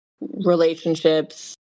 relationships